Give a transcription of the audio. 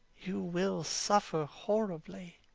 you will suffer horribly.